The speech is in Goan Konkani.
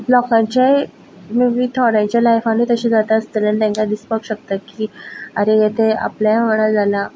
लोकांचेय मे बी थोड्यांच्या लायफानी तशें जाता आसतलें आनी तांकां दिसपाक शकता की आरे हेतें आपल्याय वांगडा जालां